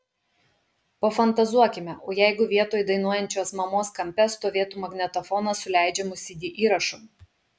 pafantazuokime o jeigu vietoj dainuojančios mamos kampe stovėtų magnetofonas su leidžiamu cd įrašu